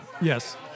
Yes